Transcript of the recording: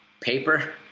paper